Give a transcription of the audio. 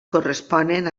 corresponen